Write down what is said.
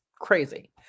crazy